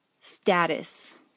status